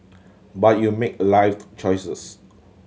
but you make life's choices